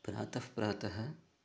प्रातःप्रातः